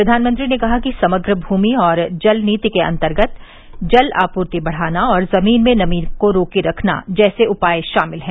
प्रधानमंत्री ने कहा कि समग्र भूमि और जल नीति के अन्तर्गत जल आपूर्ति बढ़ाना और जमीन में नमी को रोके रखना जैसे उपाय शामिल हैं